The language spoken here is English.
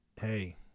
Hey